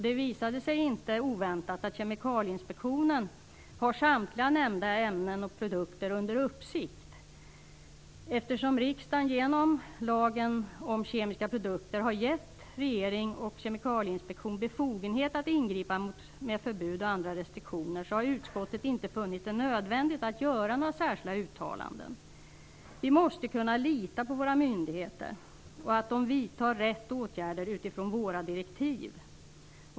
Det visade sig, inte oväntat, att Kemikalieinspektionen har samtliga nämnda ämnen och produkter under uppsikt. Eftersom riksdagen genom lagen om kemiska produkter har givit regering och kemikalieinspektion befogenhet att ingripa med förbud och andra restriktioner har utskottet inte funnit det nödvändigt att göra några särskilda uttalanden. Vi måste kunna lita på våra myndigheter och på att de vidtar rätt åtgärder utifrån våra direktiv.